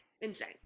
Insane